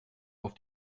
auf